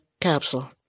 capsule